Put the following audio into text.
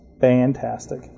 Fantastic